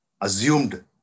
assumed